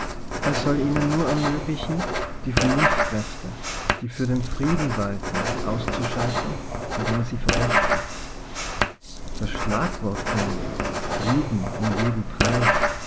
er soll ihnen nur ermöglichen die vernunftkräfte die für den frieden walten aus zuschalten indem er sie verdächtigt das schlagwort vom frieden um jeden preis